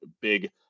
big